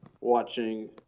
watching